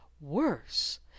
Worse